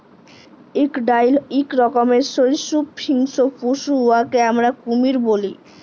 crocodile ইক রকমের সরীসৃপ হিংস্র পশু উয়াকে আমরা কুমির ব্যলি